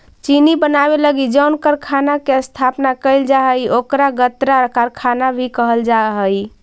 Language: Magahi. चीनी बनावे लगी जउन कारखाना के स्थापना कैल जा हइ ओकरा गन्ना कारखाना भी कहल जा हइ